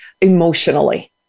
emotionally